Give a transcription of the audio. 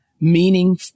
meaning